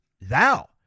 thou